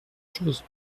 chose